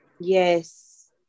yes